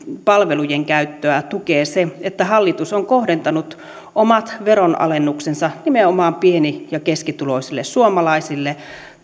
palvelujen käyttöä tukee se että hallitus on kohdentanut omat veronalennuksensa nimenomaan pieni ja keskituloisille suomalaisille